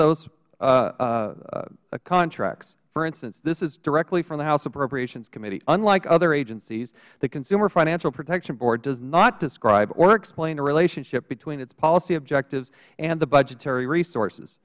those contracts for instance this is directly from the house appropriations committee unlike other agencies the consumer financial protection board does not describe or explain the relationship between its policy objectives and the budgetary resources